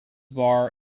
bar